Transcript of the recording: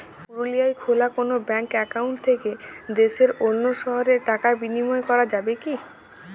পুরুলিয়ায় খোলা কোনো ব্যাঙ্ক অ্যাকাউন্ট থেকে দেশের অন্য শহরে টাকার বিনিময় করা যাবে কি?